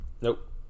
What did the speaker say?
nope